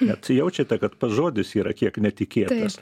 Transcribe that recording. net jaučiate kad pats žodis yra kiek netikėtas